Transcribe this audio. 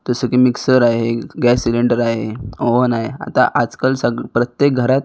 जसं की मिक्सर आहे गॅस सिलिंडर आहे आवन आहे आता आजकल सग प्रत्येक घरात